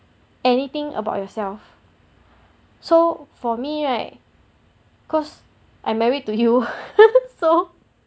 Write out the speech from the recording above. anything about yourself so for me right cause I married to you so